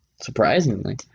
surprisingly